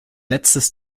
letztes